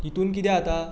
हितूंत कितें जाता